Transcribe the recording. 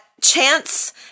Chance